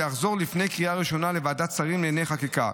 ויחזור לפני הקריאה הראשונה לוועדת שרים לענייני חקיקה.